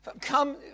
Come